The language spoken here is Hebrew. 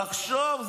תחשוב.